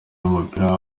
w’umupira